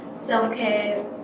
self-care